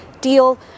deal